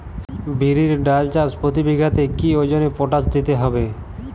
বিরির ডাল চাষ প্রতি বিঘাতে কি ওজনে পটাশ দিতে হবে?